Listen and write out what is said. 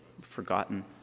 forgotten